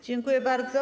Dziękuję bardzo.